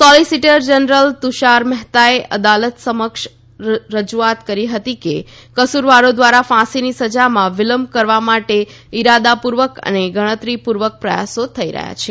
solicitor general Tushar મહેતાએ અદાલત સમક્ષ રજૂઆત કરી હતી કે કસુરવારો દ્વારા ફાંસીની સજામાં વિલંબ કરવા માટે ઇરાદા પૂર્વક અને ગણતરી પૂર્વક પ્રથાસો થઇ રહ્યા છે